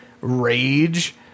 rage